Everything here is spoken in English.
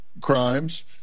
crimes